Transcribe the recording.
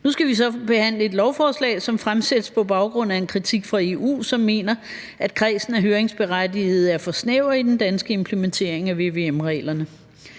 Nu skal vi så behandle et lovforslag, som fremsættes på baggrund af en kritik fra EU, som mener, at kredsen af høringsberettigede er for snæver i den danske implementering af vvm-reglerne.